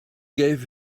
gave